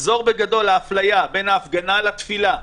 תחזור בגדול האפליה בין ההפגנה לתפילה.